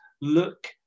look